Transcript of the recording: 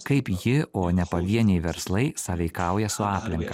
kaip ji o ne pavieniai verslai sąveikauja su aplinka